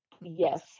Yes